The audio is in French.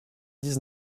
dix